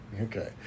Okay